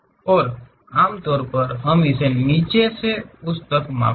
और आमतौर पर हम इसे नीचे से उस तक मापते हैं